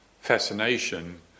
fascination